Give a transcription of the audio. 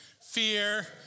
fear